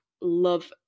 love